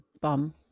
Bum